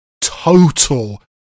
total